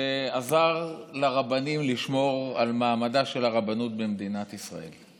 שעזר לרבנים לשמור על מעמדה של הרבנות במדינת ישראל.